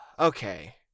okay